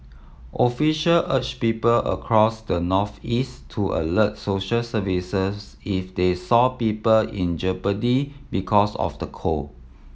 official urged people across the northeast to alert social services if they saw people in jeopardy because of the cold